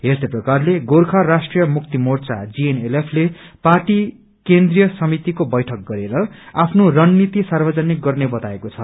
यस्तै प्रकारले गोर्खा राष्ट्रीय मुक्ति मोर्चा जीएनएलएफ ले पार्टी केन्द्रीय समितिको बैठक गरेर आफ्नो रणनिति सार्वजनिक गर्ने बताएको छ